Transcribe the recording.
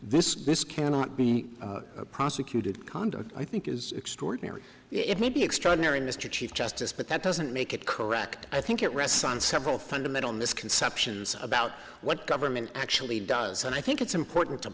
this this cannot be prosecuted conduct i think is extraordinary it may be extraordinary mr chief justice but that doesn't make it correct i think it rests on several fundamental misconceptions about what government actually does and i think it's important to